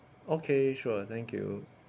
okay sure thank you